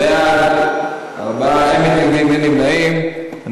ועדת חינוך.